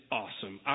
awesome